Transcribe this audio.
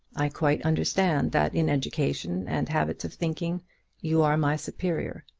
i quite understand that in education and habits of thinking you are my superior.